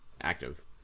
active